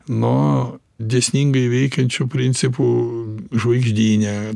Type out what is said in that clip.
nuo dėsningai veikiančių principų žvaigždyne